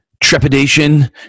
trepidation